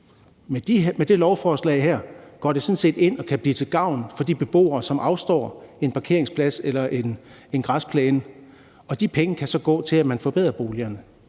det her lovforslag, går det sådan set ind og kan blive til gavn for de beboere, som afstår en parkeringsplads eller en græsplæne, og de penge kan så gå til, at man forbedrer boligerne,